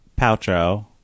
Paltrow